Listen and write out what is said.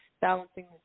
balancing